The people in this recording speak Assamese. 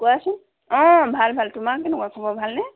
কোৱাচোন অঁ ভাল ভাল তোমাৰ কেনেকুৱা খবৰ ভালনে